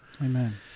Amen